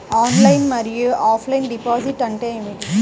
Online మరియు offline deposit అంటే ఏమిటి?